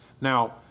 Now